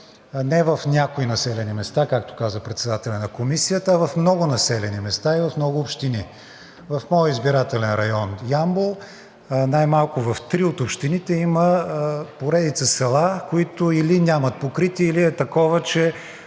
не в някои населени места, както каза председателят на Комисията, а в много населени места и в много общини. В моя избирателен район Ямбол най-малко в три от общините има поредица села, които или нямат покритие, или е такова, че